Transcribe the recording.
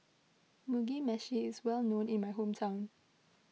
Mugi Meshi is well known in my hometown